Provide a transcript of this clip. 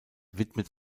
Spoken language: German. widmet